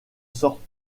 sortent